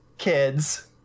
Kids